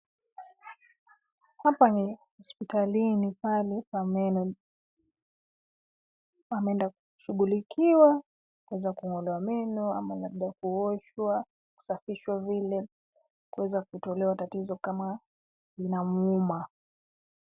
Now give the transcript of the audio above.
Hapa ni hospitalini pale pa meno. Ameenda kushughlikiwa, kuweza kung'olewa meno ama labda kuoshwa, kusafishwa vile, kuweza kutolewa tatizo kama linamuuma.